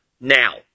now